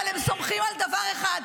אבל הם סומכים על דבר אחד.